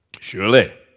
Surely